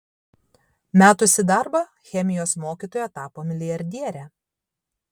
metusi darbą chemijos mokytoja tapo milijardiere